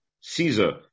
Caesar